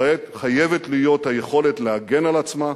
לישראל חייבת להיות היכולת להגן על עצמה,